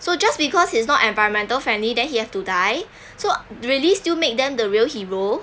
so just because it's not environmental friendly then he have to die so will it still make them the real hero